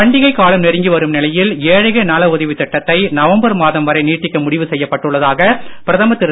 பண்டிகை காலம் நெருங்கி வரும் நிலையில் ஏழைகள் நல உதவித் திட்டத்தை நவம்பர் மாதம் வரை நீட்டிக்க முடிவு செய்யப்பட்டுள்ளதாக பிரதமர் திரு